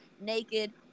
Naked